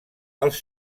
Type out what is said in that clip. als